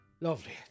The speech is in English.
lovely